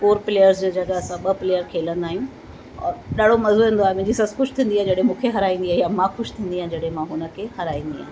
four players जी जॻहि असां ॿ प्लेयर खेलंदा आहियूं और ॾाढो मज़ो ईंदो आहे मुंहिंजी ससु ख़ुशि थींदी आहे जॾहिं मूंखे हराईंदी आहे या मां ख़ुशि थींदी आहे जॾहिं मां हुन खे हराईंदी आहियां